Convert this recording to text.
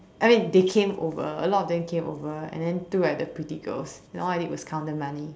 I mean they came over a lot of them came over and then to look at the pretty girls and all I did was count the money